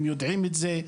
הם יודעים את זה,